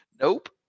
Nope